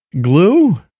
Glue